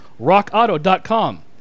rockauto.com